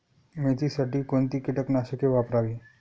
मेथीसाठी कोणती कीटकनाशके वापरावी?